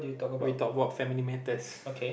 we talked about family matters